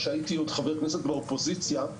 כשהייתי חבר כנסת באופוזיציה,